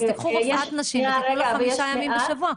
אז תיקחו רופאת נשים ותתנו לה לעבוד חמישה ימים בשבוע,